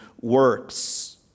works